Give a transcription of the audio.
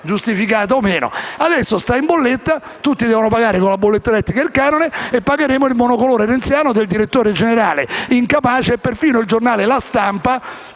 giustificata o meno. Adesso è in bolletta, tutti devono pagare con la bolletta elettrica il canone, e pagheremo il monocolore renziano del direttore generale incapace e perfino il giornale «La Stampa»